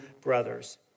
brothers